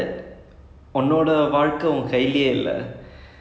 you already ya but you don't